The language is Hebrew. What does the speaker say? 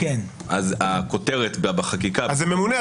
אז הכותרת בחקיקה היא ממונה,